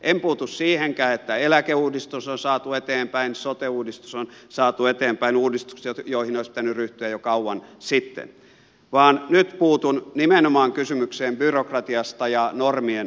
en puutu siihenkään että eläkeuudistus on saatu eteenpäin sote uudistus on saatu eteenpäin uudistukset joihin olisi pitänyt ryhtyä jo kauan sitten vaan nyt puutun nimenomaan kysymykseen byrokratiasta ja normien purusta